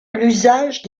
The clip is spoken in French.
l’usage